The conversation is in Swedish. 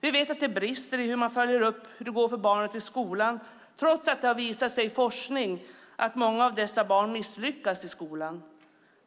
Vi vet att det brister hur man följer upp hur det går för barnet i skolan trots att det har visat sig i forskning att många av dessa barn misslyckas i skolan.